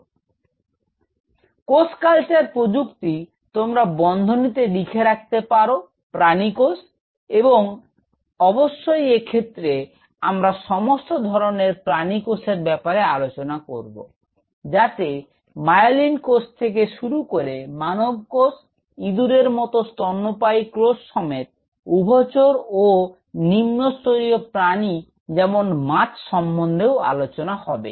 তো কোষ কালচার প্রযুক্তি তোমরা বন্ধনিতে লিখে রাখতে পার প্রানী কোষ এবং অবশ্যই এক্ষেত্রে আমরা সমস্ত ধরনের প্রানী কোষের ব্যাপারে আলোচনা করব যাতে মায়েলিন কোষ থেকে শুরু করে মানব কোষ ইদুরের মত স্তন্যপায়ী কোষ সমেত উভচর ও নিম্নস্তরীয় প্রানী যেমন মাছ সম্বন্ধেও আলোচনা হবে